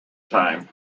time